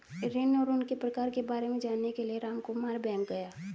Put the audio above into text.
ऋण और उनके प्रकार के बारे में जानने के लिए रामकुमार बैंक गया